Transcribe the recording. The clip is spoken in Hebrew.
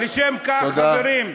משום כך, חברים,